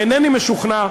ואינני משוכנע,